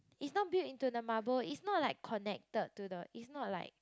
it's not built into the marble it's not like connected to the it's not like